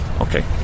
Okay